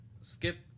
skip